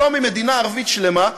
שלום עם מדינה ערבית שלמה,